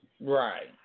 Right